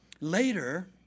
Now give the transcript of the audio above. Later